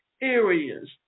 areas